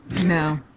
No